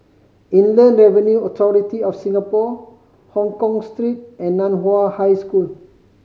Inland Revenue Authority of Singapore Hongkong Street and Nan Hua High School